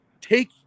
take